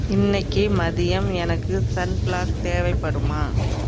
இன்னிக்கு மதியம் எனக்கு சன் பிளாக் தேவைப்படுமா